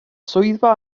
swyddfa